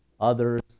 others